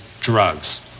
drugs